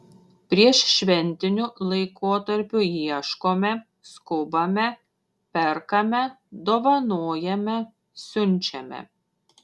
prieššventiniu laikotarpiu ieškome skubame perkame dovanojame siunčiame